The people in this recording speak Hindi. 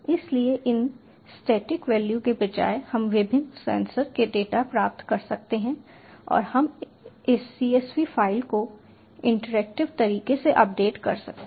इसलिए इन स्टैटिक वैल्यू के बजाय हम विभिन्न सेंसर से डेटा प्राप्त कर सकते हैं और हम इस csv फ़ाइल को इटरेटिव तरीके से अपडेट कर सकते हैं